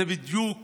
זה בדיוק